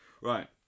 Right